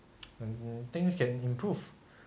um things can improve